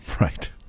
Right